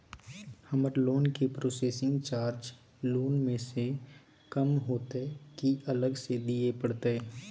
हमर लोन के processing charge loan म स कम होतै की अलग स दिए परतै?